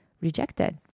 rejected